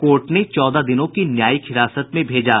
court ने चौदह दिनों की न्यायिक हिरासत में भेजा